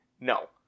No